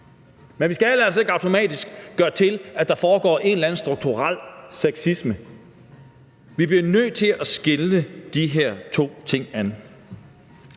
Men vi skal altså ikke automatisk gøre det til, at der foregår en eller anden strukturel sexisme. Vi bliver nødt til at skille de her to ting ad.